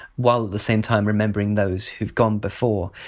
while the same time remembering those who've gone before.